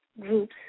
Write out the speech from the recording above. groups